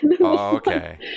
Okay